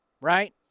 right